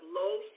low